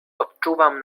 odczuwam